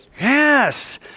Yes